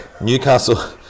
Newcastle